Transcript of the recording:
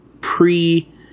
pre